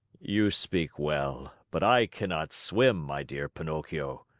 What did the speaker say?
you speak well, but i cannot swim, my dear pinocchio.